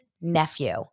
nephew